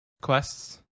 quests